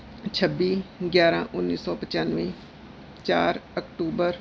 ਛੱਬੀ ਗਿਆਰਾਂ ਉੱਨੀ ਸੌ ਪਚਾਨਵੇਂ ਚਾਰ ਅਕਤੂਬਰ